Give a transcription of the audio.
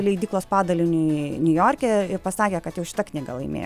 leidyklos padaliniui niujorke ir pasakė kad jau šita knyga laimėjo